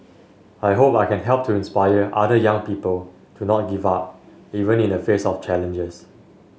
I hope I can help to inspire other young people to not give up even in the face of challenges